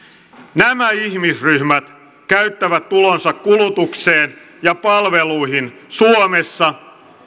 nämä ihmisryhmät käyttävät tulonsa kulutukseen ja palveluihin suomessa